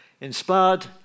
inspired